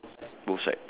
ya